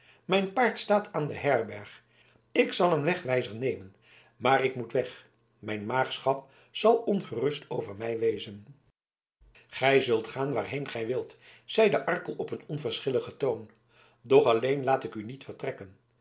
mijn paard staat aan de herberg ik zal een wegwijzer nemen maar ik moet weg mijn maagschap zal ongerust over mij wezen gij zult gaan waarheen gij wilt zeide arkel op een onverschilligen toon doch alleen laat ik u niet vertrekken